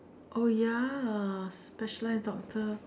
oh ya specialized doctor